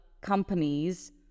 companies